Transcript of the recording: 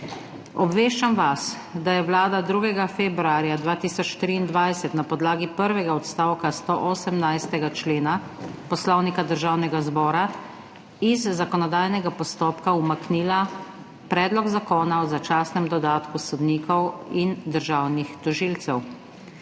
Obveščam vas, da je Vlada 2. februarja 2023 na podlagi prvega odstavka 118. člena Poslovnika Državnega zbora iz zakonodajnega postopka umaknila Predlog zakona o začasnem dodatku sodnikov in državnih tožilcev,